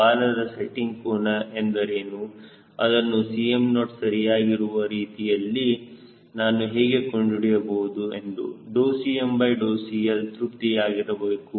ಬಾಲದ ಸೆಟ್ಟಿಂಗ್ ಕೋನ ಎಂದರೇನು ಅದನ್ನು Cm0 ಸರಿಯಾಗಿರುವ ರೀತಿಯಲ್ಲಿ ನಾನು ಹೇಗೆ ಕಂಡುಹಿಡಿಯಬಹುದು ಮತ್ತು CmCL ತೃಪ್ತಿ ಆಗಿರಬೇಕು